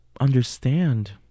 understand